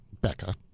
Becca